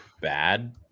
bad